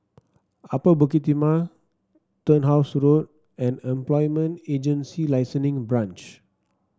Upper Bukit Timah Turnhouse Road and Employment Agency Licensing Branch